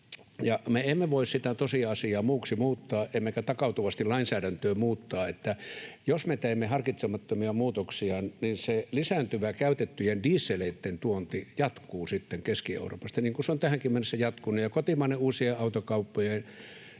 Me emme voi sitä tosiasiaa muuksi muuttaa emmekä takautuvasti lainsäädäntöä muuttaa. Jos me teemme harkitsemattomia muutoksia, se lisääntyvä käytettyjen dieseleiden tuonti jatkuu sitten Keski-Euroopasta, niin kuin se on tähänkin mennessä jatkunut, ja kotimainen uusien autojen